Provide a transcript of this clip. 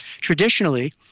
traditionally